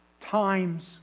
times